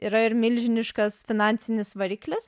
yra ir milžiniškas finansinis variklis